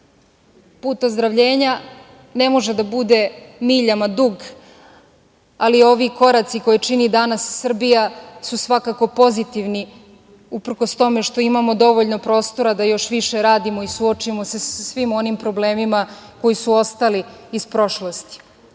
Put ozdravljenja ne može da bude miljama dug, ali ovi koraci koje čini danas Srbija su svakako pozitivni, uprkos tome što imamo dovoljno prostora da još više radimo i suočimo se sa svim onim problemima koji su ostali iz prošlosti,